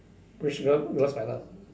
which wil~